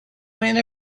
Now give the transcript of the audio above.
went